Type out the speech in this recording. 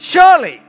Surely